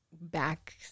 back